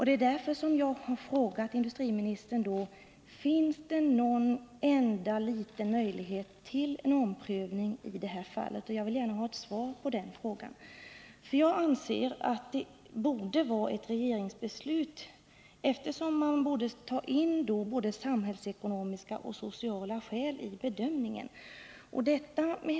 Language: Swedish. Det är anledningen till att jag har frågat industriministern: Finns det någon enda liten möjlighet till en omprövning i detta fall? Jag vill gärna ha ett svar på den frågan. Jag anser att detta beslut borde vara ett regeringsbeslut, eftersom man, med hänsyn till branschens struktur, tar in både samhällsekonomiska och sociala skäl i bedömningen.